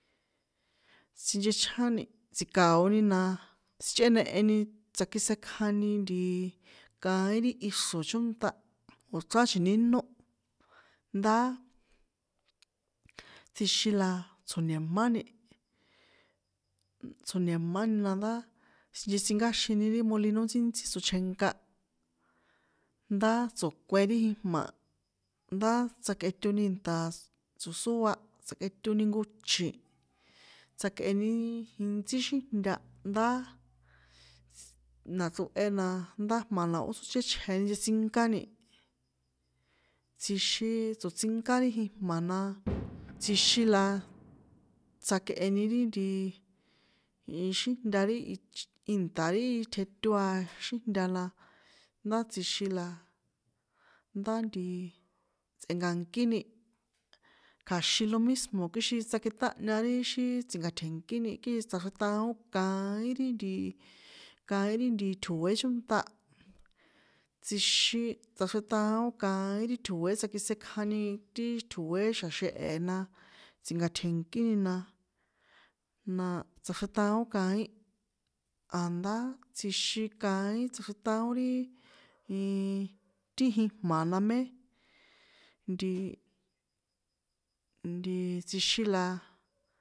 Sinchechjáni tsika̱oni na sichꞌeneheni, tsitsjekjani kaín ri ixro̱ chónṭa ó chrán chji̱nínó ndáa, tjixin la tso̱ni̱máni, tsjo̱ni̱mani na ndá sinchetsinkáxini ri molinó ntsíntsí tsochjenkä, ndá tso̱kuen ri jijma, ndá tsaketoni ìnṭa̱ tso̱sóa, tsjakꞌetoni jnko chi̱, tsjakꞌeni itsí xíjnta, ndá, nachrohe na ndá jma̱ na ó tsóchéchjeni nchetsinkáni, tsjixin tso̱tsinká ri jijma̱ na, tsjixin la tsjakꞌeni ri ntiii, xíjnta ri ìnta̱ ri tjeto xìnta la ndá tsjixin la ndá ti tsꞌenka̱nkíni, kja̱xin lo mismó kixin tsakeṭꞌáhña ri tsi̱na̱tje̱nkíni kixin tsꞌaxrjeṭaón kaín ri nti, kaín ri nti tjo̱é chónṭa, tsjixin tsachreṭaón kaín ri tjo̱é tskitsekjani ti tjo̱é xa̱ xehe natsi̱nka̱tje̱nkíni na, na tsaxreṭaón kaín, a̱ndá tsjixin kaín tsaxreṭaón ri- i, ti jijma̱ namé, ntii, ntii, tsjixin la.